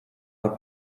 are